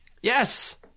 Yes